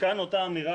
מכאן אותה אמירה